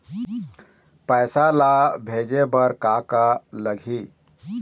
पैसा ला भेजे बार का का लगही?